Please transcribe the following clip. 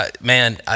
man